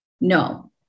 No